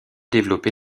développée